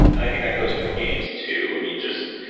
and i think that goes with games too. i mean just,